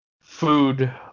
food